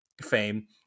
fame